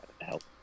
help